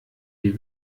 die